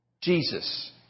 Jesus